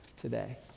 today